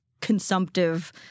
consumptive—